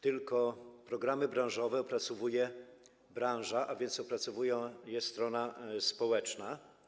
Tylko programy branżowe opracowuje branża, a więc opracowuje je strona społeczna.